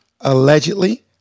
Allegedly